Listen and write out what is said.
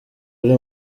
uri